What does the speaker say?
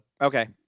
okay